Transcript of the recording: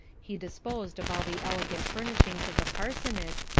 he disposed of all the elegant furnishings of the parsonage,